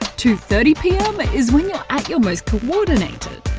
two thirty pm ah is when you're at your most coordinated.